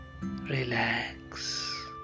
relax